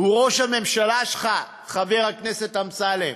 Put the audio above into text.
הוא ראש הממשלה שלך, חבר הכנסת אמסלם.